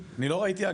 אני לא ראיתי,